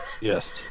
Yes